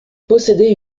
possédait